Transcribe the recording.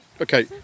Okay